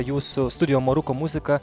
jūsų studijo maruko muzika